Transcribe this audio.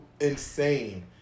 insane